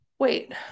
wait